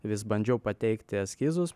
vis bandžiau pateikti eskizus